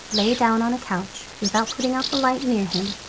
lay down on a couch, without putting out the light near him,